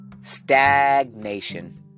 stagnation